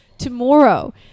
Tomorrow